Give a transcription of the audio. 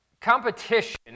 competition